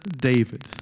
David